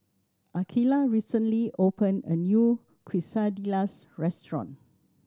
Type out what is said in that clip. Akeelah recently opened a new Quesadillas restaurant